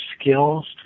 skills